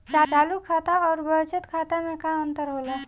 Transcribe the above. चालू खाता अउर बचत खाता मे का अंतर होला?